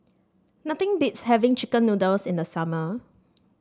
nothing beats having chicken noodles in the summer